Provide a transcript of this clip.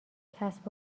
کسب